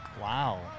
Wow